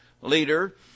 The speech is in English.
leader